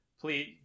Please